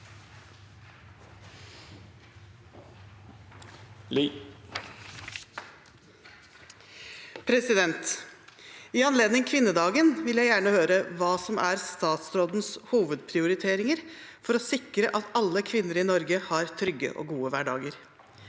«I anledning kvinneda- gen vil jeg gjerne høre hva som er statsrådens hovedprioriteringer for å sikre at alle kvinner i Norge har trygge og gode hverdager.